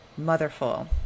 Motherful